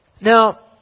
Now